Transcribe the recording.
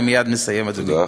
אני מייד מסיים, אדוני.